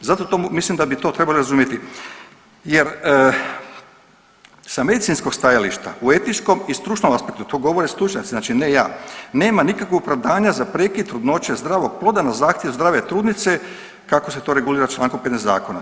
Zato to, mislim da bi to trebali razumjeti jer sa medicinskog stajališta u etičnom i stručnom aspektu, to govore stručnjaci, znači ne ja, nema nikakvog opravdanja za prekid trudnoće zdravog ploda na zahtjev zdrave trudnice kako se to regulira čl. 15. zakona.